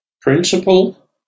principle